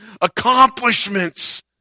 accomplishments